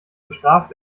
bestraft